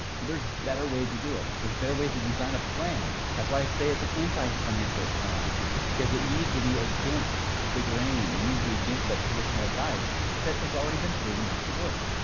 but there's better ways to do it. there's better ways to design a plan. that's why i say it's an anti-financial plan because it needs to be against the grain. it needs to be against that traditional advice that has already been proven not to work.